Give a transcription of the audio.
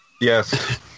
Yes